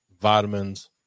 vitamins